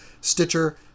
Stitcher